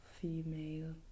female